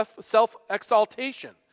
self-exaltation